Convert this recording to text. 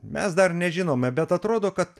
mes dar nežinome bet atrodo kad